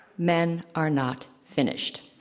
men are not finished.